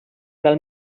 del